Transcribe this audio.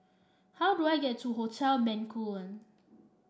how do I get to Hotel Bencoolen